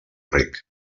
rec